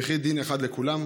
וכי דין אחד לכולם?